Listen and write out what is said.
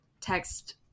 text